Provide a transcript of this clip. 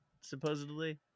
supposedly